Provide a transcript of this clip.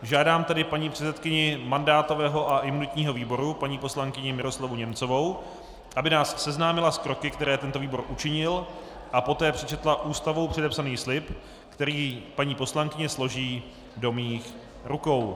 Žádám tedy paní předsedkyni mandátového a imunitního výboru paní poslankyni Miroslavu Němcovou, aby nás seznámila s kroky, které tento výbor učinil, a poté přečetla Ústavou předepsaný slib, který paní poslankyně složí do mých rukou.